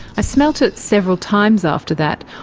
i smelt it several times after that,